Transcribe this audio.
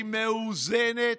היא מאוזנת.